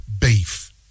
beef